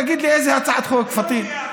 תגיד לי איזו הצעת חוק, פטין.